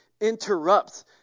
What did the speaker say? interrupts